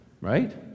right